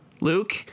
Luke